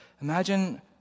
Imagine